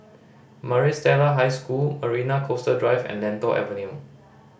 Maris Stella High School Marina Coastal Drive and Lentor Avenue